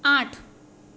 આઠ